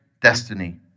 destiny